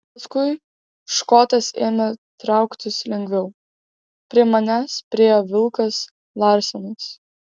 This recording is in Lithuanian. paskui škotas ėmė trauktis lengviau prie manęs priėjo vilkas larsenas